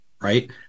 right